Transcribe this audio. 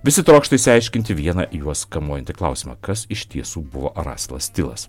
visi trokšta išsiaiškinti vieną juos kamuojantį klausimą kas iš tiesų buvo raselas stilas